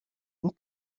and